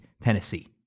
Tennessee